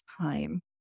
time